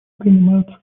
принимаются